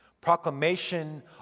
proclamation